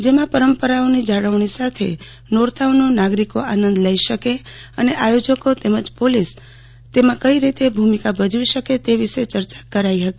જેમાં પરંપરાઓની જાળવણી સાથે નવલા નોરતાનો નાગરીકો આનંદ લઈ શકે અને આયોજકો તેમજ પોલીસ તેમા કઈ રીતે ભુમીકા ભજવી શકે તે વિશે ચર્ચા કરાઈ હતી